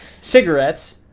cigarettes